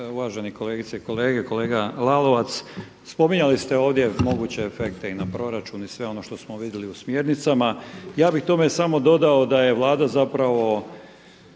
Uvažene kolegice i kolege. Kolega Lalovac, spominjali ste ovdje moguće efekte i na proračun i na sve ono što smo vidjeli u smjernicama, ja bih tome samo dodao da je Vlada zapravo